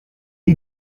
est